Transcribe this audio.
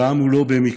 הזעם הוא לא במקרה,